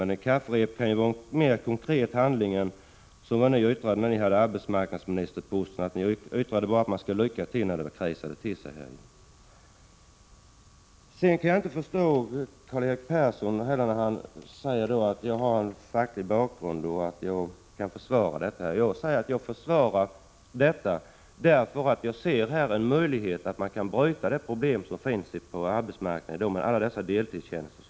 Men ett kafferep kan vara en mer konkret handling än yttrandet när ni hade arbetsmarknadsministerposten: Då sade man bara ”lycka till” när det blev kris. Karl-Erik Persson säger att jag har en facklig bakgrund och kan försvara detta. Jag säger att jag kan försvara detta därför att jag här ser en möjlighet att lösa det problem som finns på arbetsmarknaden med alla dessa deltidstjänster.